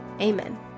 Amen